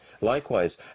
Likewise